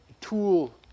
tool